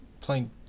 playing